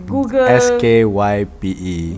Google